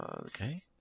Okay